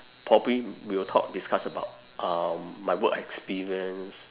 probably we will talk discuss about um my work experience